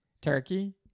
Turkey